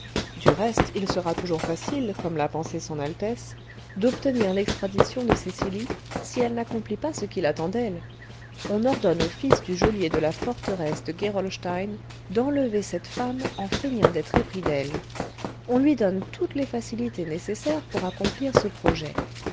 du reste il sera toujours facile comme l'a pensé son altesse d'obtenir l'extradition de cecily si elle n'accomplit pas ce qu'il attend d'elle on ordonne au fils du geôlier de la forteresse de gerolstein d'enlever cette femme en feignant d'être épris d'elle on lui donne toutes les facilités nécessaires pour accomplir ce projet